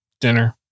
Dinner